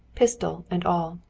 pistol and all.